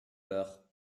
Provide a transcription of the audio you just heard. heures